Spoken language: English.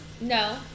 No